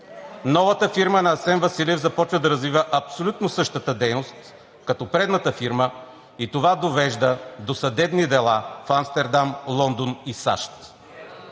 Новата фирма на Асен Василев започва да развива абсолютно същата дейност като предната фирма и това довежда до съдебни дела в Амстердам, Лондон и САЩ.